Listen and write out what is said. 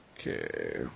Okay